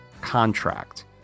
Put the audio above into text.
contract